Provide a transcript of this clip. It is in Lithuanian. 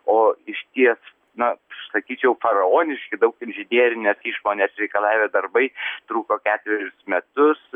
o išties na aš sakyčiau faraoniški daug inžinierinės išmonės reikalavę darbai truko ketverius metus